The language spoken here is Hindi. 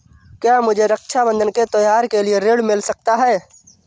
क्या मुझे रक्षाबंधन के त्योहार के लिए ऋण मिल सकता है?